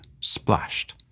splashed